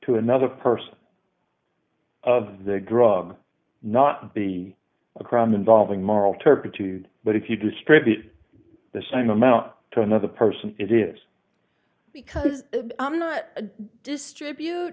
to another person of the drug not be a crime involving moral turpitude but if you distribute the same amount to another person it is because i'm not distribute